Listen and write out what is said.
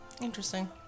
interesting